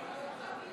יושב-ראש הכנסת,